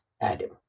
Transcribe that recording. Adam